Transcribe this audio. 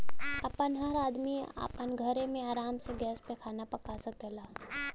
अब हर आदमी आपन घरे मे आराम से गैस पे खाना पका सकला